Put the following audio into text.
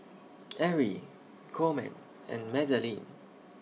Erie Coleman and Madalynn